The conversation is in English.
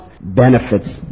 benefits